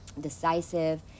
decisive